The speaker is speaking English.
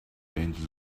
angel